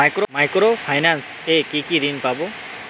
Micro finance এ কি কি ঋণ পাবো?